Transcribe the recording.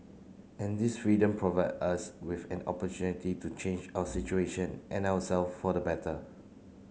and this freedom provide us with an opportunity to change our situation and our self for the better